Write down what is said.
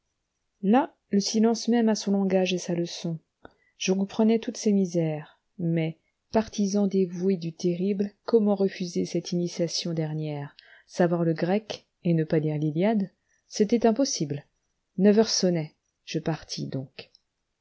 là le silence même a son langage et sa leçon je comprenais toutes ces misères mais partisan dévoué du terrible comment refuser cette initiation dernière savoir le grec et ne pas lire l'iliade c'était impossible neuf heures sonnaient je partis donc